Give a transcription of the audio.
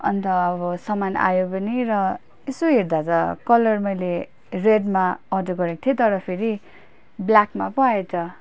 अन्त अब सामान आयो पनि र यसो हेर्दा त कलर मैले रेडमा अर्डर गरेको थिएँ तर फेरि ब्ल्याकमा पो आयो त